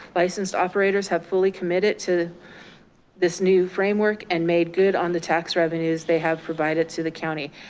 licensed operators have fully committed to this new framework and made good on the tax revenues they have provided to the county.